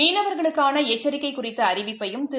மீனவர்களுக்கானஎச்சிக்கைகுறித்தஅறிவிப்பையும் திரு